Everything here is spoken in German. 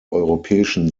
europäischen